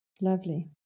Lovely